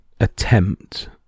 attempt